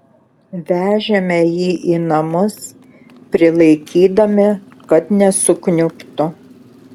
vežėme jį į namus prilaikydami kad nesukniubtų